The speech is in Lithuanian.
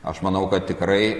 aš manau kad tikrai